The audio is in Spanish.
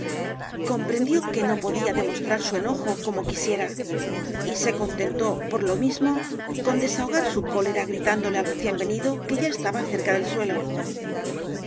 comprendió que no podía demostrar su enojo como quisiera y se contentó por lo mismo con desahogar su cólera gritándole al recién venido que ya estaba cerca del suelo